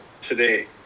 today